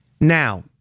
Now